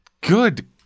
Good